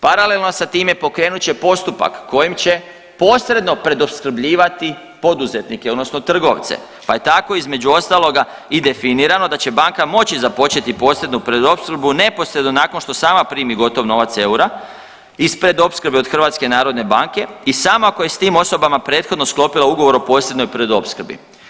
Paralelno sa time pokrenut će postupak kojim će posredno predopskrbljivati poduzetnike odnosno trgovce pa je tako, između ostaloga i definirano i da će banka moći započeti posrednu predopskrbu neposredno nakon što sama primi gotov novac eura iz predopskrbe od HNB-a i sam ako je s tim osobama prethodno sklopila ugovor o posebnoj predopskrbi.